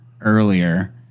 earlier